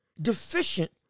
deficient